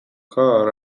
کار